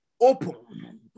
open